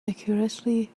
accurately